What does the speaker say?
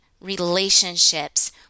relationships